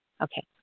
Okay